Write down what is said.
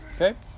Okay